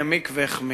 העוני העמיק והחמיר.